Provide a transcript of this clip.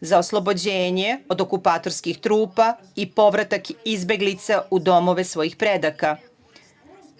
za oslobođenje od okupatorskih trupa i povratak izbeglica u domove svojih predaka.